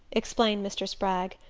explained mr. spragg,